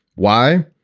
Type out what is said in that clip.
why?